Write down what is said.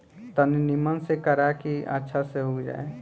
तनी निमन से करा की अच्छा से उग जाए